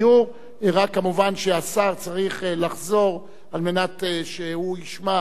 כמובן שהשר צריך לחזור על מנת שהוא ישמע את הדוברים.